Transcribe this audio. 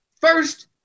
first